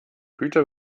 güter